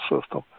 system